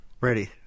Ready